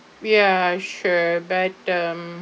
ya sure but um